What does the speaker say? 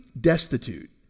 destitute